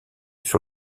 sur